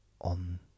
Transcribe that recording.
on